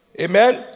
amen